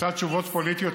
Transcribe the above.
את רוצה תשובות פוליטיות,